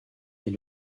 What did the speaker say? est